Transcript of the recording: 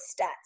stats